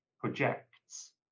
projects